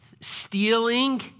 stealing